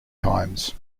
times